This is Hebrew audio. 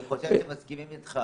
אני חושב שמסכימים איתך,